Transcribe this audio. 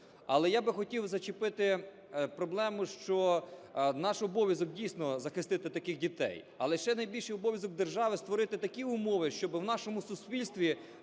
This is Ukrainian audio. Але я хотів би зачепити проблему, що наш обов'язок, дійсно, захистити таких дітей, але ще найбільший обов'язок держави - створити такі умови, щоб у нашому суспільстві